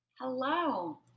Hello